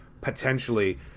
potentially